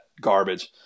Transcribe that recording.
garbage